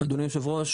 אדוני היו"ר,